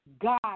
God